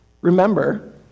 remember